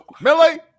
Millie